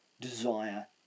desire